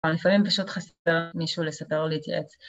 ‫אבל לפעמים פשוט חסר מישהו ‫לסדר או להתייעץ.